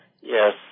Yes